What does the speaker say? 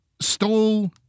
stole